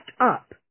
up